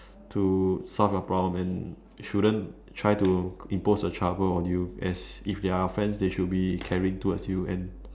to solve your problem and shouldn't try to impose the trouble on you as if they are friends they should be caring towards you and